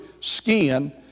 skin